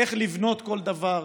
איך לבנות כל דבר,